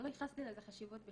האמת שלא ייחסתי לזה חשיבות בכלל,